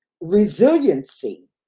resiliency